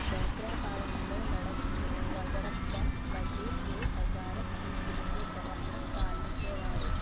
డ్వాక్రా పాలనలో లడఖ్ను వజరత్గా వజీర్ ఎ వజారత్ అని పిలిచే గవర్నర్ పాలించేవారు